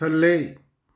ਥੱਲੇ